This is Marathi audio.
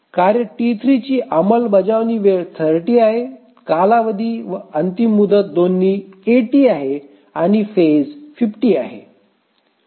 आणि कार्य T3 ची अंमलबजावणीची वेळ 30 आहे कालावधी व अंतिम मुदत दोन्ही 80 आहेत आणि फेज 50 आहे